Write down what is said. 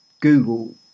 Google